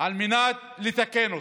על מנת לתקן אותו,